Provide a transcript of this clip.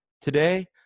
Today